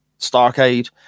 Starcade